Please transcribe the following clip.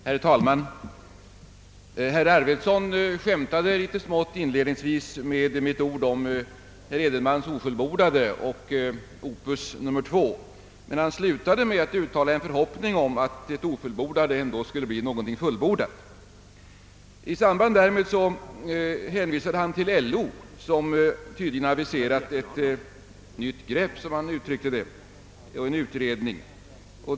Herr talman! Herr Arvidson skämtade litet smått inledningsvis med anledning av mitt uttalande om herr Edenmans ofullbordade och opus nr 2, men han slutade med att uttala en förhoppning om att det ofullbordade ändå skulle bli någonting fullbordat. I samband därmed hänvisade han till LO som tydligen aviserat ett nytt grepp, som han uttryckte det, och en utredning.